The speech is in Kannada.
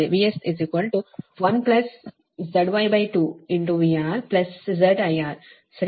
ಸಮೀಕರಣ 15 ರಿಂದ ಅದು ನಿಮಗೆ ತಿಳಿದಿದೆ VS1ZY2VRZIR ಸರಿ